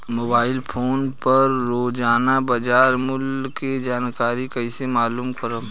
Mobile phone पर रोजाना बाजार मूल्य के जानकारी कइसे मालूम करब?